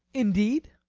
indeed!